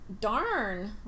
darn